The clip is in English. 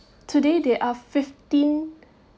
today there are fifteen